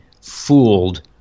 fooled